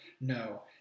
No